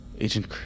Agent